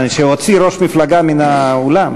שאני אוציא ראש מפלגה מן האולם?